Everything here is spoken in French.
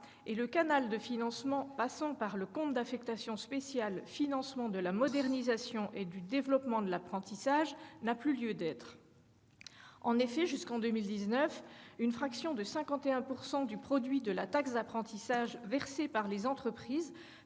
et le canal de financement passant par le compte d'affectation spéciale « Financement de la modernisation et du développement de l'apprentissage » (CAS FNDMA) n'a plus lieu d'être. En effet, jusqu'en 2019, une fraction de 51 % du produit de la taxe d'apprentissage versée par les entreprises